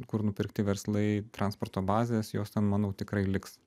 kur nupirkti verslai transporto bazės jos ten manau tikrai liks